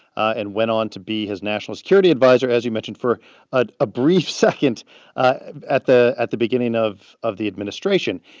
and went on to be his national security adviser, as you mentioned, for a ah brief second at the at the beginning of of the administration.